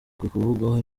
kuvugwaho